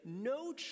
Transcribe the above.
no